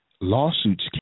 lawsuits